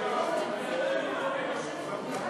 לתיקון פקודת התעבורה